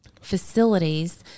facilities